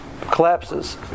collapses